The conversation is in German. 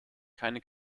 keine